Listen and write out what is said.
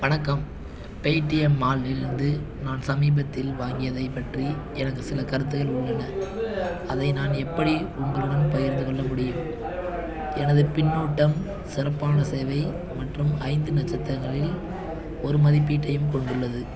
வணக்கம் பேடிஎம் மாலில் இருந்து நான் சமீபத்தில் வாங்கியதைப் பற்றி எனக்கு சில கருத்துக்கள் உள்ளன அதை நான் எப்படி உங்களுடன் பகிர்ந்து கொள்ள முடியும் எனது பின்னூட்டம் சிறப்பான சேவை மற்றும் ஐந்து நட்சத்திரங்களில் ஒரு மதிப்பீட்டையும் கொண்டுள்ளது